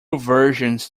versions